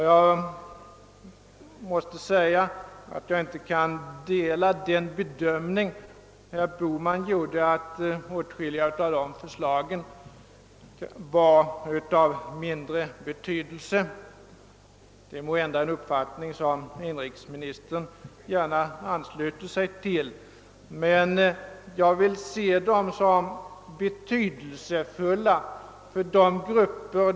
Jag kan inte dela herr Bohmans bedömning, att åtskilliga av dessa förslag har mindre betydelse. Det är måhända en uppfattning som inrikesministern gärna ansluter sig till.